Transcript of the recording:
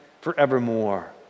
forevermore